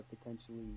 potentially